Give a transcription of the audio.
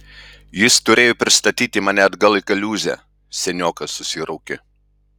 jis turėjo pristatyti mane atgal į kaliūzę seniokas susiraukė